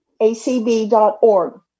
acb.org